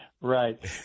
Right